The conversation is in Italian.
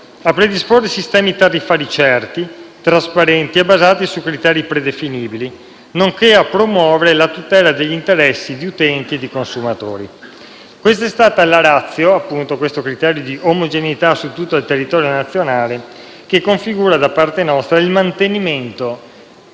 a predisporre sistemi tariffari certi, trasparenti e basati su criteri predefinibili, nonché a promuovere la tutela degli interessi di utenti e consumatori. Questa è la *ratio* - un criterio di omogeneità su tutto il territorio nazionale - che configura da parte nostra il mantenimento